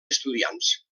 estudiants